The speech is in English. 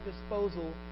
disposal